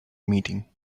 meeting